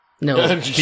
No